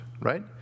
right